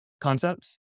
concepts